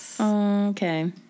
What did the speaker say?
okay